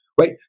right